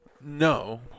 No